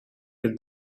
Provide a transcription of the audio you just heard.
with